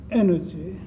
energy